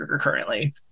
Currently